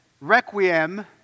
Requiem